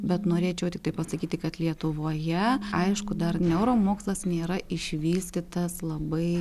bet norėčiau tiktai pasakyti kad lietuvoje aišku dar neuromokslas nėra išvystytas labai